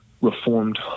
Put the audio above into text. Reformed